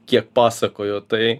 kiek pasakojo tai